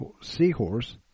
Seahorse